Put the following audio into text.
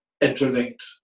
interlinked